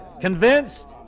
Convinced